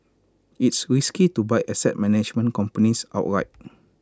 it's risky to buy asset management companies outright